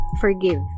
forgive